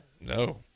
No